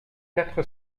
quatre